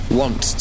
want